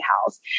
house